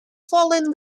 following